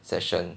session